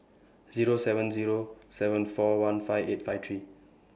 Zero seven Zero seven four one five eight five three